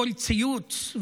כל ציוץ,